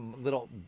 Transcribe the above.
little